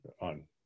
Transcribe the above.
on